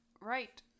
right